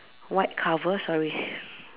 white cover sorry